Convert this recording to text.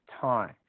time